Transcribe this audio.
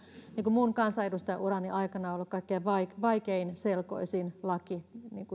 minun kansanedustajaurani aikana ollut kaikkein vaikeaselkoisin laki